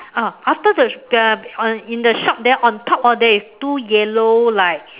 uh after the uh on in the shop there on top of there is two yellow like